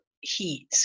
heat